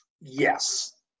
Yes